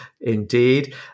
Indeed